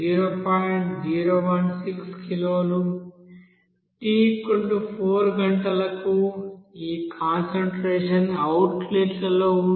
016 కిలోలు t4 గంటలకు ఈ కాన్సంట్రేషన్ అవుట్లెట్ లో ఉంటుంది